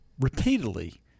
repeatedly